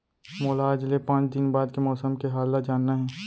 मोला आज ले पाँच दिन बाद के मौसम के हाल ल जानना हे?